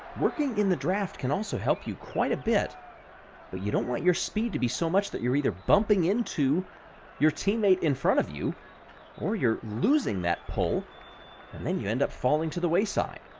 working in the draft can also help you quite a bit but you don't want your speed to be so much that you're either bumping into your teammate in front of you or you're losing that pole and then you end up falling to the wayside.